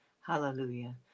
Hallelujah